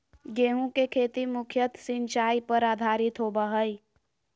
गेहूँ के खेती मुख्यत सिंचाई पर आधारित होबा हइ